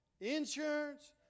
insurance